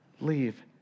leave